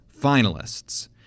finalists